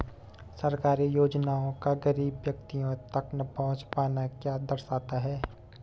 सरकारी योजनाओं का गरीब व्यक्तियों तक न पहुँच पाना क्या दर्शाता है?